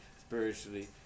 spiritually